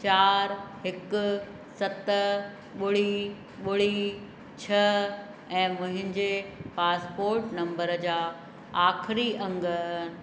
चारि हिकु सत ॿुड़ी ॿुड़ी छह ऐं मुंहिंजे पासपोर्ट नंबर जा आखिरीं अंङ